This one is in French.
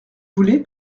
voulez